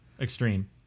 extreme